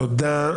תודה.